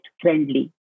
friendly